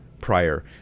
prior